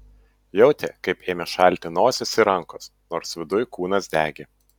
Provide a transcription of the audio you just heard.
jautė kaip ėmė šalti nosis ir rankos nors viduj kūnas degė